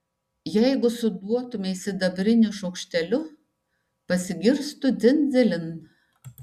jeigu suduotumei sidabriniu šaukšteliu pasigirstų dzin dzilin